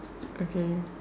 okay